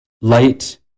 Light